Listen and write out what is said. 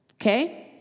Okay